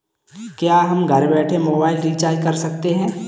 क्या हम घर बैठे मोबाइल रिचार्ज कर सकते हैं?